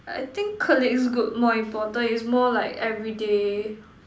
I think colleague is good more important is more like everyday